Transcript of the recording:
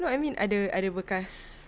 no I mean ada ada bekas